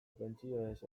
pentsioez